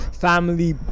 family